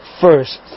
first